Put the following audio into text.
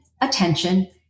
attention